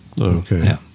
Okay